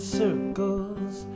circles